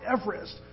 Everest